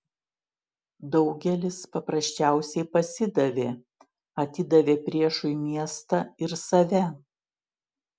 daugelis paprasčiausiai pasidavė atidavė priešui miestą ir save